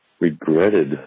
regretted